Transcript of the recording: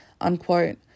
unquote